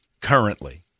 currently